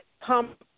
pump